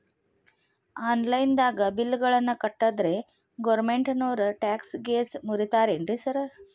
Online ದಾಗ bill ಗಳನ್ನಾ ಕಟ್ಟದ್ರೆ ಗೋರ್ಮೆಂಟಿನೋರ್ ಟ್ಯಾಕ್ಸ್ ಗೇಸ್ ಮುರೇತಾರೆನ್ರಿ ಸಾರ್?